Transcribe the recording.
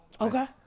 Okay